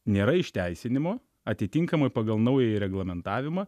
nėra išteisinimo atitinkamai pagal naująjį reglamentavimą